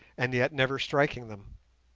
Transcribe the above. and yet never striking them.